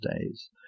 days